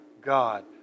God